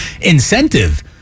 incentive